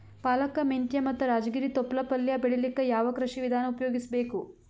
ಪಾಲಕ, ಮೆಂತ್ಯ ಮತ್ತ ರಾಜಗಿರಿ ತೊಪ್ಲ ಪಲ್ಯ ಬೆಳಿಲಿಕ ಯಾವ ಕೃಷಿ ವಿಧಾನ ಉಪಯೋಗಿಸಿ ಬೇಕು?